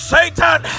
Satan